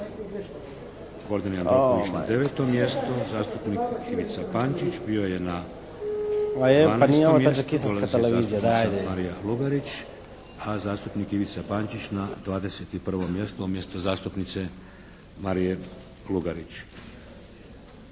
Gordan Jandroković na deveto mjesto, zastupnik Ivica Pančić bio je na 12. mjestu, dolazi zastupnica Marija Lugarić, a zastupnik Ivica Pančić na 21. mjesto umjesto zastupnice Marije Lugarić.